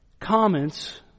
comments